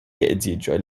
geedziĝoj